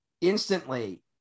instantly